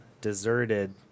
deserted